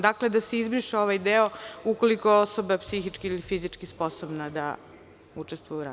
Dakle, da se izbriše ovaj deo – ukoliko je osoba psihički ili fizički sposobna da učestvuje u radu.